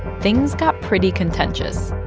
things got pretty contentious.